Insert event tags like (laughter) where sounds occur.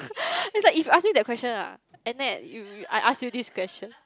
(breath) is like if ask me that question ah and then you I ask you this question